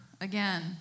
again